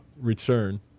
return